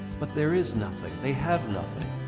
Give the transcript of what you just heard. but there is nothing. they have nothing.